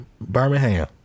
Birmingham